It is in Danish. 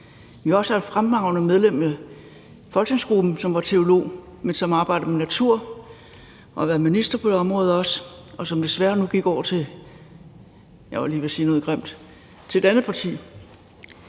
Vi har også haft et fremragende medlem af folketingsgruppen, som var teolog, men som arbejdede med natur, og som også har været minister på det område, og som desværre nu gik over til, jeg var